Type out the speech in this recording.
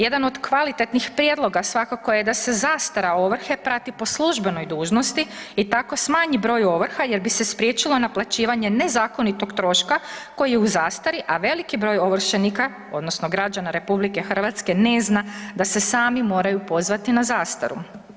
Jedan od kvalitetnih prijedloga svakako da se zastara ovrhe prati po službenoj dužnosti i tako smanji broj ovrha jer bi se spriječilo naplaćivanje nezakonitog troška koji je u zastari, a veliki broj ovršenika, odnosno građana RH ne zna da se sami moraju pozvati na zastaru.